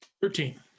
Thirteen